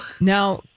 Now